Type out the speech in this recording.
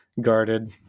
guarded